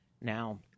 Now